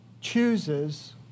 chooses